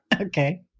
Okay